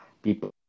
People